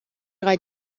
drei